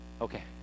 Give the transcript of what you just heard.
okay